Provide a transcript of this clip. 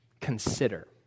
consider